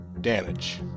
damage